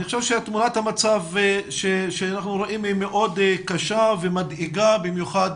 אני חושב שתמונת המצב שאנחנו רואים היא מאוד קשה ומאוד מדאיגה במיוחד